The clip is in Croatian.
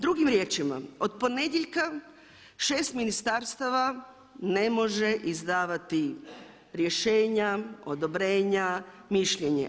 Drugim riječima, od ponedjeljka 6 ministarstava ne može izdavati rješenja, odobrenja, mišljenje.